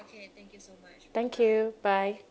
thank you bye